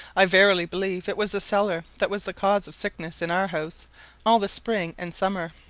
i verily believe it was the cellar that was the cause of sickness in our house all the spring and summer.